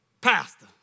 pastor